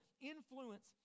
influence